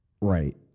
Right